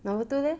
number two leh